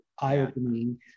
eye-opening